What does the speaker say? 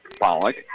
Pollock